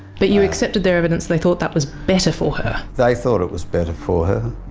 but you accepted their evidence they thought that was better for her. they thought it was better for her.